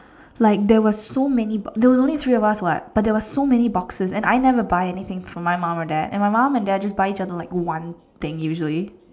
like there was so many there was only three of us what but there was so many boxes and I never buy anything for my mum and dad and my mum and dad just buy each other like one thing usually